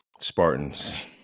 Spartans